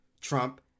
Trump